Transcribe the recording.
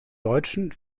deutschen